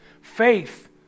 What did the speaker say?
faith